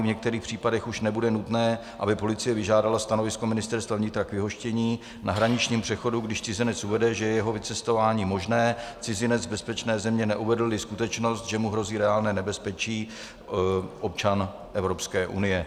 V některých případech už nebude nutné, aby policie vyžádala stanovisko Ministerstva vnitra k vyhoštění na hraničním přechodu, když cizinec uvede, že je jeho vycestování možné, cizinec bezpečné země, neuvedlli skutečnost, že mu hrozí reálné nebezpečí, občan Evropské unie.